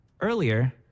Earlier